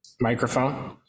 microphone